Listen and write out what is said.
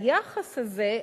היחס הזה,